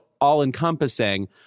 all-encompassing